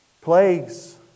plagues